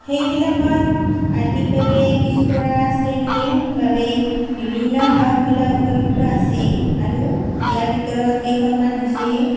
সেইবিলাকত আৰ্থিকভাৱে পিছপৰা শ্ৰেণীৰ বাবে বিভিন্ন সা সুবিধা উপলব্ধ আছে আৰু ইয়াৰ ভিতৰত কেইখনমান হৈছে